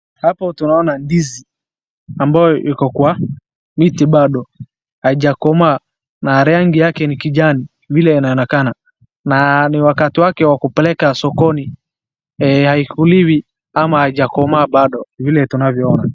Hapo tunaona ndizi ambayo iko kwa miti bado haijakomaa na rangi yake ni kijani vile inaonekana na ni wakati wake wa kupeleka sokoni haikuliwi kama haijakomaa bado vile tunavyoona.